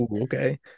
okay